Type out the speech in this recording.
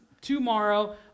Tomorrow